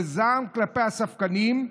בזעם כלפי הספקנים,